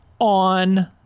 on